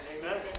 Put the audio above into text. Amen